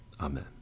amen